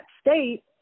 state